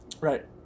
right